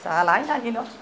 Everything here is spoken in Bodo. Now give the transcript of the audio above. जालाहाय नानि न'